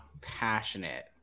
passionate